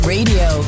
Radio